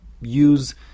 use